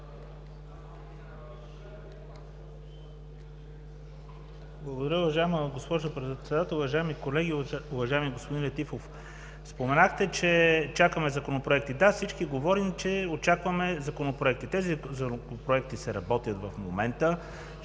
Благодаря, уважаема госпожо Председател. Уважаеми колеги, уважаеми господин Летифов! Споменахте, че чакаме законопроекти. Да, всички говорим, че очакаме законопроекти. Тези законопроекти се работят в момента,